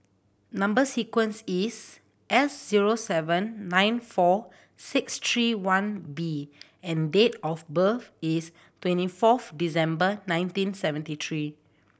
number sequence is S zero seven nine four six three one V and date of birth is twenty fourth December nineteen seventy three